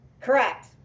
Correct